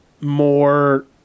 more